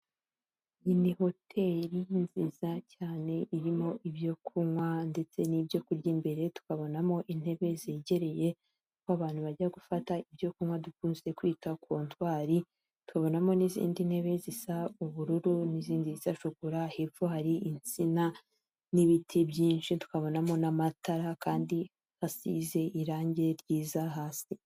Iyi ni hoteri nziza cyane irimo ibyo kunywa ndetse n'ibyo kurya imbere tukabonamo intebe zegereye ba bantu bajya gufata ibyo kunywa dukunze kwita kontwari tubonamo n'izindi ntebe zisa ubururu n'izindi zisa shokora hepfo hari insina n'ibiti byinshi twabonamo n'amatara kandi asize irangi ryiza hasi.